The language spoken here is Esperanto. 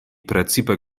precipe